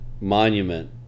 monument